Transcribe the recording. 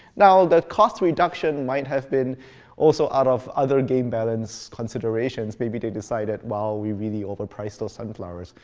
now, the cost reduction might have been also out of other game balance considerations. maybe they decided, wow, we really overpriced those sunflowers.